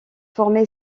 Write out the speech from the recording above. formé